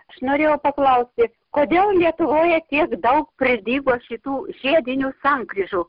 aš norėjau paklausti kodėl lietuvoje tiek daug pridygo šitų žiedinių sankryžų